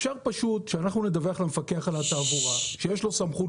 אפשר פשוט שאנחנו נדווח למפקח על התעבורה שיש לו סמכות